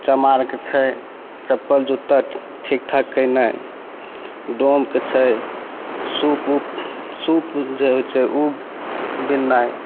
चमारके छै चप्पल जूता ठीकठाक केनाइ डोमके छै सूपउप सूप जे होइ छै बिननाइ